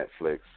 Netflix